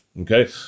okay